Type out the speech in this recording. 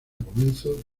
comienzo